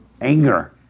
anger